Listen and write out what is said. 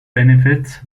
benefits